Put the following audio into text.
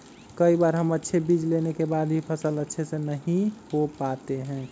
कई बार हम अच्छे बीज लेने के बाद भी फसल अच्छे से नहीं हो पाते हैं?